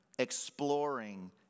exploring